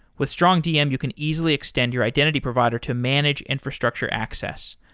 with strongdm, you can easily extend your identity provider to manage infrastructure access.